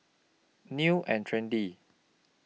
New and Trendy